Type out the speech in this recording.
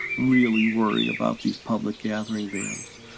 really worry about these public gathering bans.